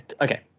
Okay